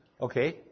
Okay